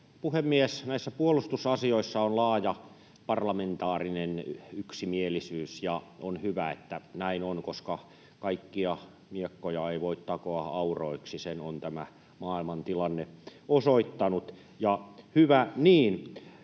puhemies! Näissä puolustusasioissa on laaja parlamentaarinen yksimielisyys, ja on hyvä, että näin on, koska kaikkia miekkoja ei voi takoa auroiksi, sen on tämä maailman tilanne osoittanut, ja hyvä niin.